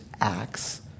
acts